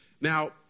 Now